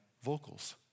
vocals